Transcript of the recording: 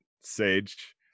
sage